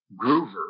Groover